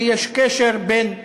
כי יש קשר בין "ווטן"